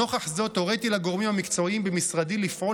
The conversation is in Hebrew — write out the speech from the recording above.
נוכח זאת הוריתי לגורמים המקצועיים במשרדי לפעול